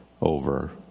over